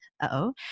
uh-oh